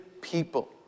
people